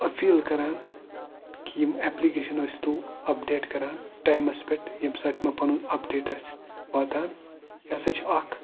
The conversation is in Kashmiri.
أپیٖل کَران کہِ یِم اٮ۪پلِکیشَن ٲسۍ اَپڈیٹ کَران ٹایمَس پٮ۪ٹھ ییٚمہِ ساتہٕ یِمَن پَنُن اَپڈیٹ آسہِ واتان یہِ ہَسا چھِ اَکھ